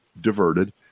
diverted